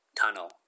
tunnel